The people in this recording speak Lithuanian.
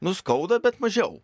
nu skauda bet mažiau